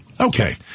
Okay